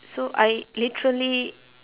so I literally